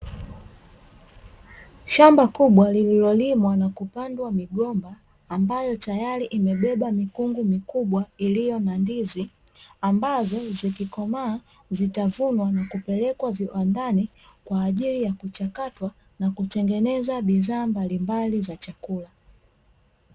Shamba kubwa lililolimwa na kupandwa migomba, ambayo tayari imebeba mikungu mikubwa iliyo na ndizi, ambazo zikikomaa zitavunwa na kupelekwa viwandani kwa ajii ya kuchakatwa na kutengeneza bidhaa mbalimbali za chakula.